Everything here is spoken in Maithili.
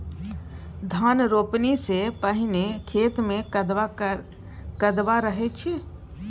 धान रोपणी सँ पहिने खेत मे कदबा रहै छै